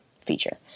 feature